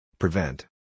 Prevent